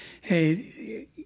hey